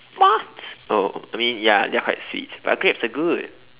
what oh I mean ya they are quite sweet but grapes are good